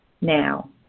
now